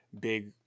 big